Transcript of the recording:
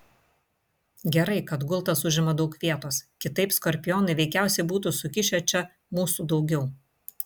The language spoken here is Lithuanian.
gerai kad gultas užima daug vietos kitaip skorpionai veikiausiai būtų sukišę čia mūsų daugiau